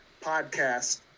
podcast